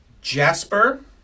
Jasper